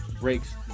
breaks